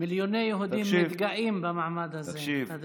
מיליוני יהודים מתגאים במעמד הזה, אתה מבין?